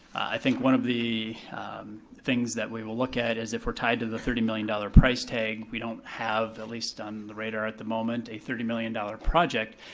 i think one of the things that we will look at is if we're tied to the thirty million dollars price tag, we don't have at least on the radar at the moment a thirty million dollars project.